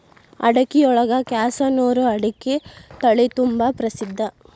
ಅಡಿಕಿಯೊಳಗ ಕ್ಯಾಸನೂರು ಅಡಿಕೆ ತಳಿತುಂಬಾ ಪ್ರಸಿದ್ಧ